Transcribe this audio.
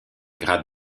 grade